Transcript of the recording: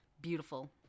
beautiful